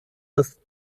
des